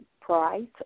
price